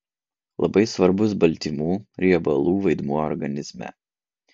labai svarbus baltymų riebalų vaidmuo organizme